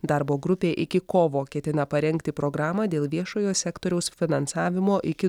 darbo grupė iki kovo ketina parengti programą dėl viešojo sektoriaus finansavimo iki